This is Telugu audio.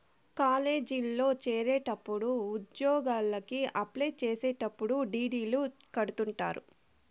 కాలేజీల్లో చేరేటప్పుడు ఉద్యోగలకి అప్లై చేసేటప్పుడు డీ.డీ.లు కడుతుంటారు